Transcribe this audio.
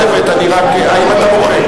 האם אתה מוחה?